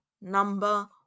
number